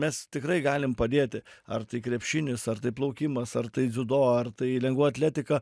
mes tikrai galim padėti ar tai krepšinis ar tai plaukimas ar tai dziudo ar tai lengvoji atletika